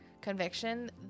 conviction